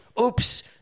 Oops